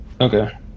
Okay